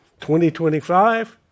2025